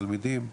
תלמידים.